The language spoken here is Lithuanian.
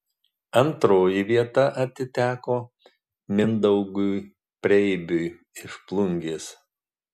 antroji vieta atiteko mindaugui preibiui iš plungės